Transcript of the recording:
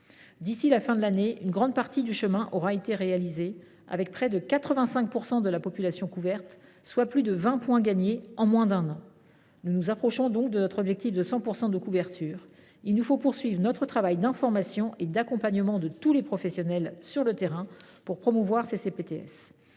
D’ici à la fin de l’année, une grande partie du chemin aura été parcourue, puisque près de 85 % de la population sera couverte, soit plus de 20 points gagnés en moins d’un an. Nous nous approchons de notre objectif de 100 % de couverture. Il nous faut poursuivre notre travail d’information et d’accompagnement de tous les professionnels, sur le terrain, pour promouvoir ces CPTS.